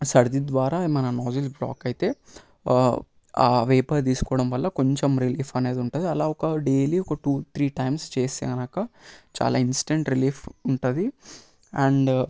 సర్ది ద్వారా మనం నోస్ట్రిల్ బ్లాక్ అయితే ఆ వేపర్ తీసుకోవడం వల్ల కొంచెం రిలీఫ్ అనేది ఉంటుంది అలా ఒక డైలీ ఒక టూ త్రీ టైమ్స్ చేస్తే కనుక చాలా ఇన్స్టెంట్ రిలీఫ్ ఉంటుంది అండ్